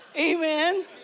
Amen